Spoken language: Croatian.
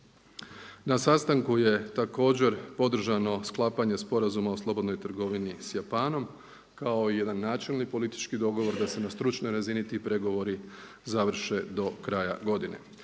Na sastanku je također podržano sklapanje Sporazuma o slobodnoj trgovini sa Japanom kao i jedan načelni politički dogovor da se na stručnoj razini ti pregovori završe do kraja godine.